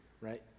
right